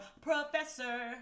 professor